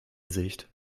sicht